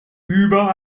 über